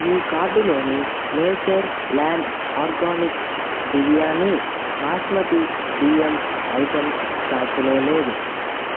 మీ కార్టులోని Natureland Organics biryani basmati బియ్యం item స్టాకులో లేదు